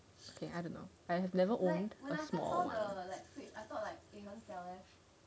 okay I dunno I have never owned a small one